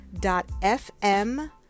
FM